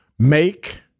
Make